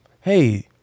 hey